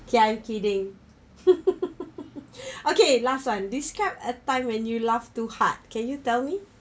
okay I'm kidding okay last one describe a time when you laugh too hard can you tell me